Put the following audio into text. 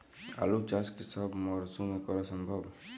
আলু চাষ কি সব মরশুমে করা সম্ভব?